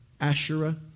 Asherah